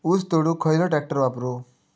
ऊस तोडुक खयलो ट्रॅक्टर वापरू?